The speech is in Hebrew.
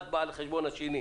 אחד בא על חשבון השני.